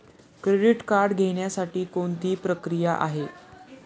Credit card घेण्यासाठी कोणती प्रक्रिया आहे?